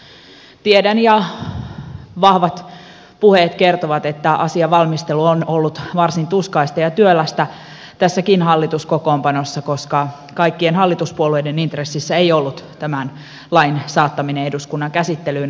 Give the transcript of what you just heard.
tiedän ja vahvat puheet kertovat että asian valmistelu on ollut varsin tuskaista ja työlästä tässäkin hallituskokoonpanossa koska kaikkien hallituspuolueiden intressissä ei ollut tämän lain saattaminen eduskunnan käsittelyyn asti